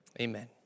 Amen